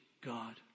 God